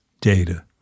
data